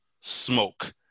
smoke